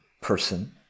person